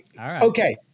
okay